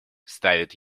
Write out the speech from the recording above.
ставит